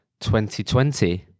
2020